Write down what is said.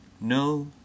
No